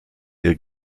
ihr